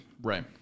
Right